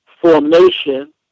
formation